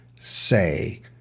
say